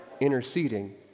interceding